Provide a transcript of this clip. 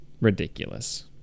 ridiculous